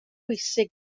pwysig